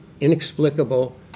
inexplicable